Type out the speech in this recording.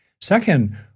Second